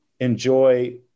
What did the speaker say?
enjoy